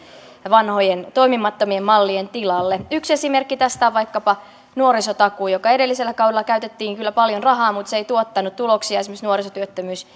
vanhojen toimimattomien mallien tilalle yksi esimerkki tästä on vaikkapa nuorisotakuu johon edellisellä kaudella käytettiin kyllä paljon rahaa mutta joka ei tuottanut tuloksia esimerkiksi nuorisotyöttömyys